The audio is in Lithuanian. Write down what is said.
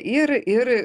ir ir